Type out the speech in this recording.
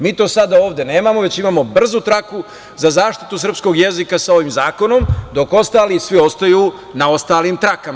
Mi to sada ovde nemamo, već imamo brzu traku za zaštitu srpskog jezika sa ovim zakonom, dok ostali svi ostaju na ostalim trakama.